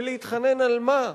ולהתחנן על מה?